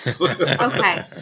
Okay